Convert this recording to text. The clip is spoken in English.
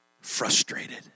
frustrated